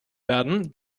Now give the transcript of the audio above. werden